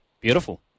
Beautiful